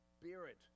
spirit